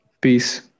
peace